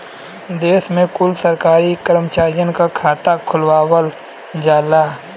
देश के कुल सरकारी करमचारियन क खाता खुलवावल जाला